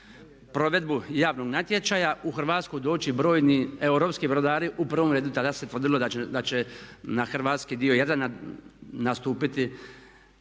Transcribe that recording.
provedbu javnog natječaja u Hrvatsku doći brojni europski brodari, u prvom redu tada se tvrdilo da će na hrvatski dio Jadrana nastupiti